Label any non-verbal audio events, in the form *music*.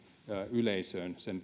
yleisöön sen *unintelligible*